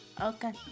Okay